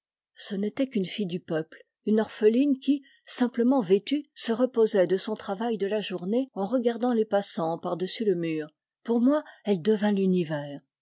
ce n'était qu'une fille du peuple une orpheline qui simplement vêtue se reposait de son travail de la journée en regardant les passans par-dessus le mur pour moi elle devint l'univers